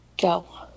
Go